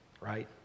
Right